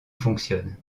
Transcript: fonctionne